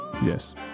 yes